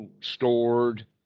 stored